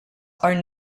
are